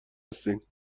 هستین